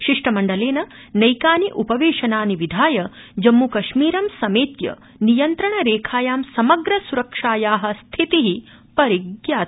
शिष्टमण्डलेन नैकानि उपवेशनानि विधाय जम्मूकश्मीर समेत्य नियन्त्रणरेखायों समग्र सुरक्षाया स्थिति परिज्ञाता